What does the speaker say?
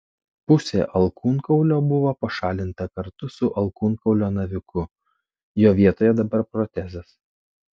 pusė alkūnkaulio buvo pašalinta kartu su alkūnkaulio naviku jo vietoje dabar protezas